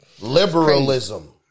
Liberalism